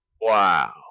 Wow